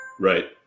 Right